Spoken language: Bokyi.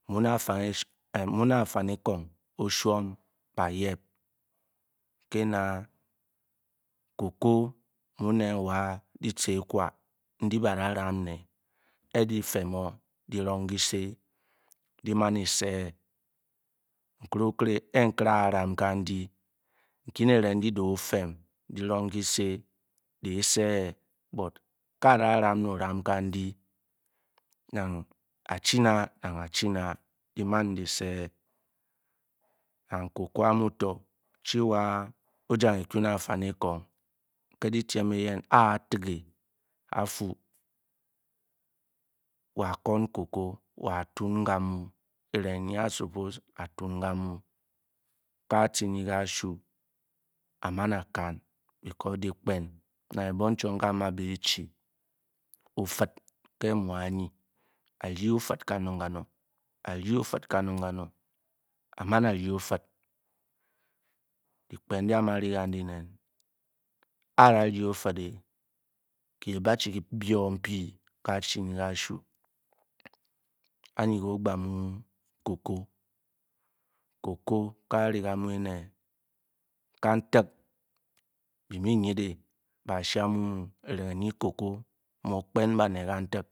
Afanikong o chwon ba yip ke'na cocoamu' neh wa' dyke e-kwa ndyi ba'da ram né e dyi fem-o dyi rong kyise dyi man ésé nkere-okere ke a ram kan dyi nkyi ne eringe dyi da' often dyi rong kyise dyi séé. ka' da' ram né Kandy. ke dyi rong kyise dyi sé nang cocoa a' mu to chi-wa o Jang ekú ne afenekong ké dyitiem eyan ké á tege a'fu wo-akwon cocoa a' tun ke mu' kirung nyi ka ahu a' man a' kan because dyikpen nang ebong chwon nkyi a'ma be-chi. ofid ke mu anyi. a'ryi o'fid kanong. a'man a'ryi òfid. dyikpen ndyi a' ma' re nen a'daryi ófid é ke' ban-chi kyi be-o npéé lké dyici ndyi kasha. anyi ke okpa mu cocoa. cocoa ka' Ari ka' mu' éné kantace. byi mu nydeng bé ashamumu kyrang cocoa mu' kopen banet kantak